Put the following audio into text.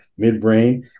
midbrain